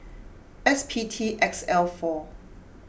S P T X L four